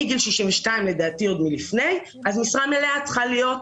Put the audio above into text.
מגיל 62 לדעתי עוד לפני כן משרה מלאה צריכה להיות